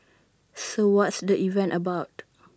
so what's the event about